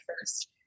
first